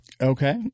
Okay